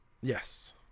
Yes